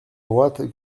droite